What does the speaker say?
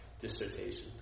Dissertation